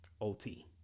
OT